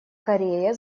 корея